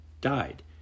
died